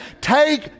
take